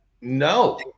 No